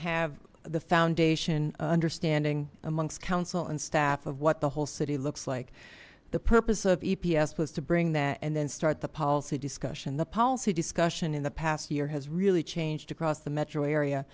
have the foundation understanding amongst council and staff of what the whole city looks like the purpose of eps was to bring that and then start the policy discussion the policy discussion in the past year has really changed across the metro area